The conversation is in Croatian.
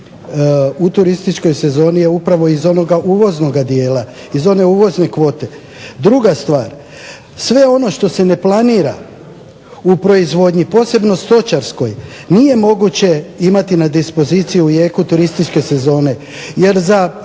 u turističkoj sezoni je upravo iz onoga uvoznoga dijela, iz one uvozne kvote. Druga stvar, sve ono što se ne planira u proizvodnji, posebno stočarskoj, nije moguće imati na dispoziciji u jeku turističke sezone. Jer za